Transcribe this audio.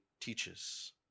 teaches